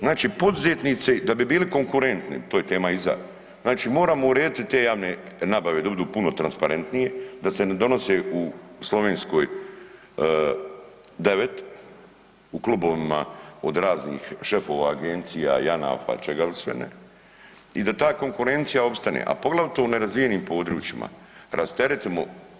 Znači poduzetnici da bi bili konkurentni, to je tema iza, znači moramo urediti te javne nabave, da budu puno transparentnije, da se ne donose u Slovenskoj 9, u klubovima od raznih šefova, agencija, JANAF-a, čega li sve ne i da ta konkurencija ostane, a poglavito u nerazvijenim područjima, rasteretimo.